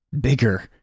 bigger